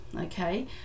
okay